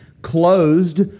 Closed